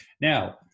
Now